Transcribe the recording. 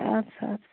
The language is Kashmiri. آدٕ سا اَدٕ سا